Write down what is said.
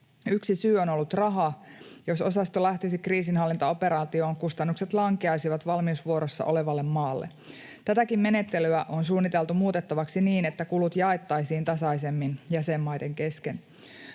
Yksi syy on ollut raha. Jos osasto lähtisi kriisinhallintaoperaatioon, kustannukset lankeaisivat valmiusvuorossa olevalle maalle. Tätäkin menettelyä on suunniteltu muutettavaksi niin, että kulut jaettaisiin tasaisemmin jäsenmaiden kesken.